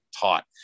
taught